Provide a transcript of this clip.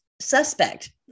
suspect